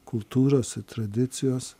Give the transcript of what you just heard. kultūros ir tradicijos